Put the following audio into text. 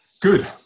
Good